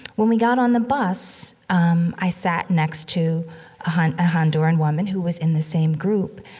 when we got on the bus, um, i sat next to a and honduran woman who was in the same group.